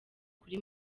kuri